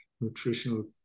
nutritional